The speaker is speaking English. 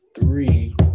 three